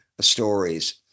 stories